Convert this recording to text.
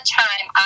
time